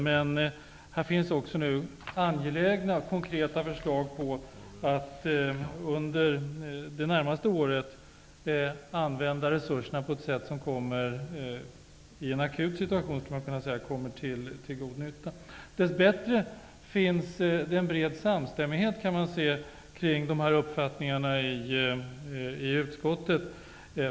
Det finns nu också angelägna konkreta förslag på att under det närmaste året använda resurserna så att de kommer till god nytta i en akut situation. Dess bättre finns det en bred samstämmighet kring de här uppfattningarna i utskottet.